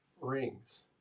rings